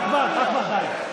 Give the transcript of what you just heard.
אחמד, די.